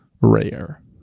rare